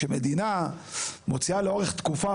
כשמדינה מוציאה לאורך תקופה,